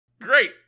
Great